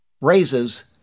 raises